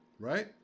right